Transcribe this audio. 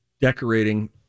decorating